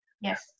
Yes